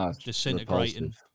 disintegrating